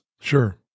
Sure